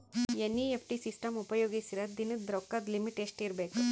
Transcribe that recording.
NEFT system ಉಪಯೋಗಿಸಿದರ ದಿನದ ರೊಕ್ಕದ ಲಿಮಿಟ್ ಎಷ್ಟ ಇರಬೇಕು?